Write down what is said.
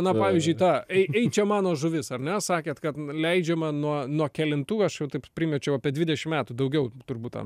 na pavyzdžiui ta ei ei čia mano žuvis ar ne sakėt kad n leidžiama nuo nuo kelintų aš jau taip primečiau apie dvidešim metų daugiau turbūt tam